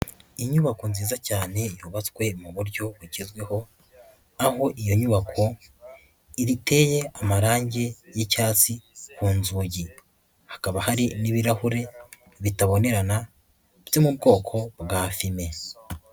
Inyubako nziza cyane yubatswe mu buryo bugezweho, aho iyo nyubako iriteye amarangi y'icyatsi ku nzugi. Hakaba hari n'ibirahure bitabonerana, byo mu bwoko bwa fume.